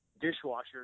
dishwasher